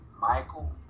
Michael